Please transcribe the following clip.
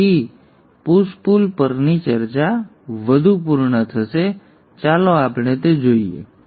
પછી push pull પરની ચર્ચા વધુ પૂર્ણ થશે ચાલો આપણે તે જોઈએ